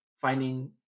finding